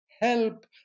help